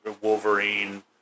Wolverine